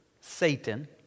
Satan